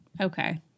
Okay